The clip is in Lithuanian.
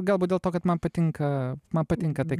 galbūt dėl to kad man patinka man patinka tai